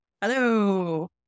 Hello